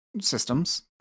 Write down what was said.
systems